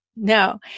No